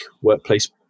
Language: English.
workplace